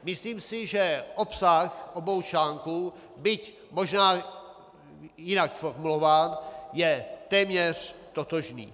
Myslím si, že obsah obou článků, byť je možná jinak formulován, je téměř totožný.